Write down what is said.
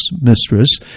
mistress